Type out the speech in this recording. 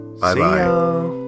Bye-bye